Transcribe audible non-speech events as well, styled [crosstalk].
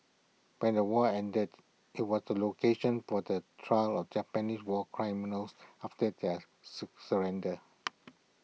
when the war ended IT was the location for the trial of Japanese war criminals after their [unintelligible] surrender